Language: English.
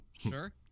Sure